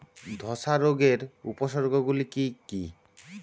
ধসা রোগের উপসর্গগুলি কি কি?